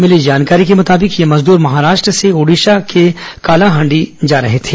मिली जानकारी के मुताबिक ये मजदूर महाराष्ट्र से ओडिशा के कालाहांडी जा रहे थे